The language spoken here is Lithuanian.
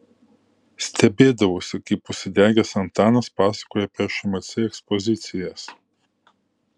stebėdavausi kaip užsidegęs antanas pasakoja apie šmc ekspozicijas